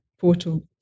portal